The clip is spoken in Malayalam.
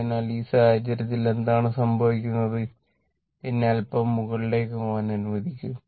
അതിനാൽ ഈ സാഹചര്യത്തിൽ എന്താണ് സംഭവിക്കുന്നത് എന്നെ അൽപ്പം മുകളിലേക്ക് നീക്കാൻ അനുവദിക്കു